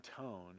tone